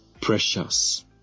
precious